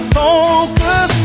focus